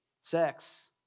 sex